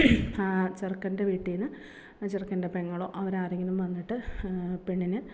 ചെറുക്കൻ്റെ വീട്ടിൽ നിന്ന് ചെറുക്കൻ്റെ പെങ്ങളോ അവർ ആരെങ്കിലും വന്നിട്ട് പെണ്ണിനെ